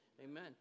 Amen